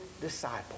disciple